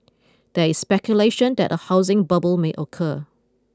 there is speculation that a housing bubble may occur